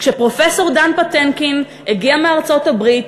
כשפרופסור דן פטינקין הגיע מארצות-הברית